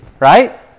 Right